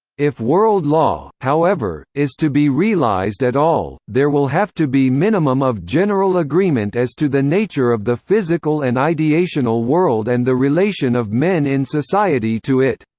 if world law, however, is to be realized at all, there will have to be minimum of general agreement as to the nature of the physical and ideational world and the relation of men in society to it.